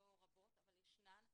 לא הרבה אך ישנן,